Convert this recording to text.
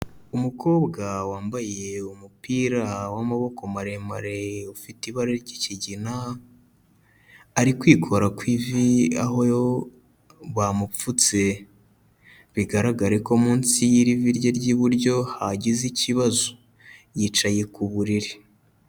Umukobwa wambaye umupira w'amaboko maremare, ufite ibara ry'kigina ari kwikora ku ivi aho bamupfutse, bigaragare ko munsi y'iri vi rye ry'iburyo hagize ikibazo yicaye ku buriri.